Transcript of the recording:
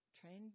trained